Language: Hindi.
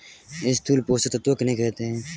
स्थूल पोषक तत्व किन्हें कहते हैं?